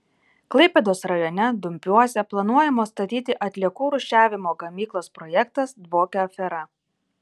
klaipėdos rajone dumpiuose planuojamos statyti atliekų rūšiavimo gamyklos projektas dvokia afera